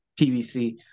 PVC